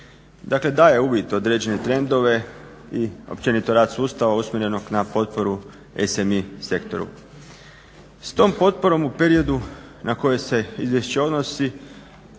Dakle daje uvid u određene trendove i općenito u rad sustava osmišljenog na potporu SMI sektoru. S tom potporom u periodu na koje se izvješće odnosi